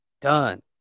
Done